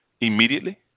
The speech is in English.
immediately